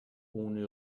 ohne